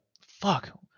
Fuck